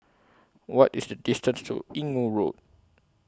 What IS The distance to Inggu Road